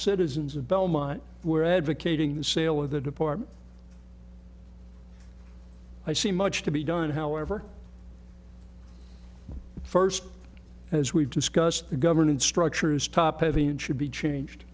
citizens of belmont were advocating the sale of the department i see much to be done however first as we've discussed the governance structures top heavy and should be changed